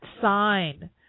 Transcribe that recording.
sign